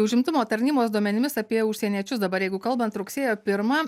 užimtumo tarnybos duomenimis apie užsieniečius dabar jeigu kalbant rugsėjo pirmą